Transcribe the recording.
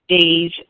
days